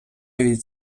від